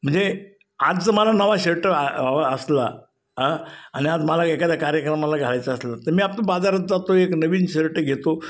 म्हणजे आज ज मला नवा शर्ट हवा असला आ आणि आज मला एखादा कार्यक्रमाला घालायचा असला तर मी आप बाजारात जातो एक नवीन शर्ट घेतो